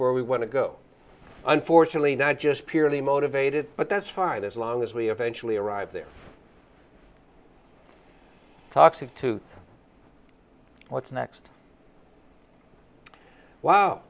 where we want to go unfortunately not just purely motivated but that's fine as long as we eventually arrive there toxic to what's next wow